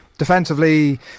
Defensively